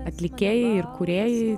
atlikėjai ir kūrėjai